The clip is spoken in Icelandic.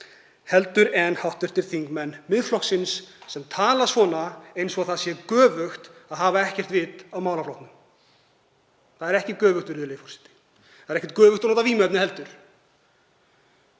reynslu en hv. þingmenn Miðflokksins sem tala eins og að sé göfugt að hafa ekkert vit á málaflokknum. Það er ekki göfugt, virðulegi forseti. Það er ekkert göfugt að nota vímuefni heldur,